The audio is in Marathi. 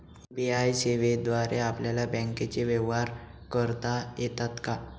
यू.पी.आय सेवेद्वारे आपल्याला बँकचे व्यवहार करता येतात का?